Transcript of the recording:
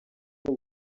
n’u